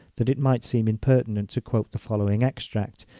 that it might seem impertinent to quote the following extract,